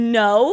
no